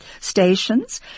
stations